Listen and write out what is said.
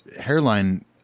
hairline